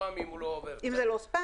הספאם אם הוא לא עובר --- אם זה לא ספאם,